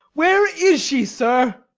where is she, sir?